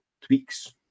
tweaks